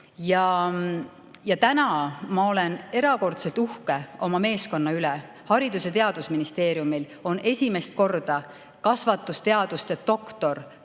ma olen erakordselt uhke oma meeskonna üle. Haridus- ja Teadusministeeriumil on esimest korda [ametis] kasvatusteaduste doktor